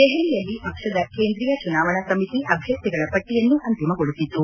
ದೆಹಲಿಯಲ್ಲಿ ಪಕ್ಷದ ಕೇಂದ್ರೀಯ ಚುನಾವಣಾ ಸಮಿತಿ ಅಭ್ಯರ್ಥಿಗಳ ಪಟ್ಟಯನ್ನು ಅಂತಿಮಗೊಳಿಸಿತು